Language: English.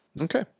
okay